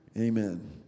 amen